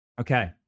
Okay